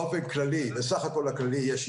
באופן כללי יש ירידה.